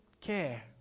care